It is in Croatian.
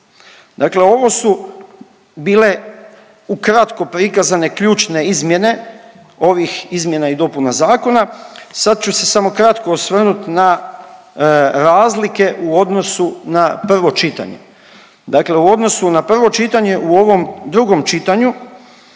Dakle, ovo su bile ukratko prikazane ključne izmjene ovih izmjena i dopuna zakona. Sad ću se samo kratko osvrnut na razlike u odnosu na prvo čitanje. Dakle, u odnosu na prvo čitanje u ovom drugom čitanju